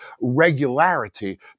regularity